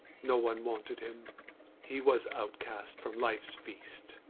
no one wanted him he was outcast from life's feast.